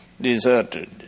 deserted